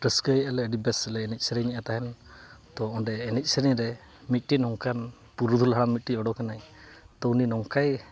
ᱨᱟᱹᱥᱠᱟᱹᱭᱮᱜᱼᱟ ᱞᱮ ᱟᱹᱰᱤ ᱵᱮᱥ ᱞᱮ ᱮᱱᱮᱡ ᱥᱮᱨᱮᱧᱮᱜᱼᱟ ᱛᱟᱦᱮᱱ ᱛᱳ ᱚᱸᱰᱮ ᱮᱱᱮᱡ ᱥᱮᱨᱮᱧ ᱨᱮ ᱢᱤᱫᱴᱤᱱ ᱚᱱᱠᱟᱱ ᱯᱩᱨᱩᱫᱷᱩᱞ ᱦᱟᱸᱜ ᱢᱤᱫᱴᱤᱡ ᱩᱰᱩᱠᱮᱱᱟᱭ ᱛᱳ ᱩᱱᱤ ᱱᱚᱝᱠᱟᱭ